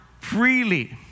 freely